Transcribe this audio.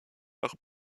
par